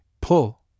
pull